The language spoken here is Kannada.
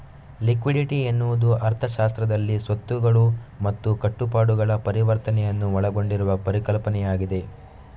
ಲಿಕ್ವಿಡಿಟಿ ಎನ್ನುವುದು ಅರ್ಥಶಾಸ್ತ್ರದಲ್ಲಿ ಸ್ವತ್ತುಗಳು ಮತ್ತು ಕಟ್ಟುಪಾಡುಗಳ ಪರಿವರ್ತನೆಯನ್ನು ಒಳಗೊಂಡಿರುವ ಪರಿಕಲ್ಪನೆಯಾಗಿದೆ